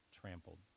trampled